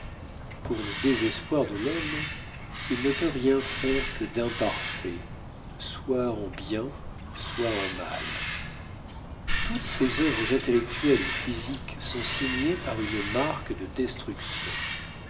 pour le désespoir de l'homme il ne peut rien faire que d'imparfait soit en bien soit en mal toutes ses œuvres intellectuelles ou physiques sont signées par une marque de destruction